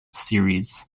series